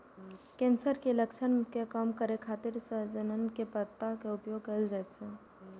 cancer के लक्षण के कम करै खातिर सहजन के पत्ता के उपयोग कैल जाइ छै